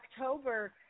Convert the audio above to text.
October